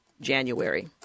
January